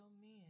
men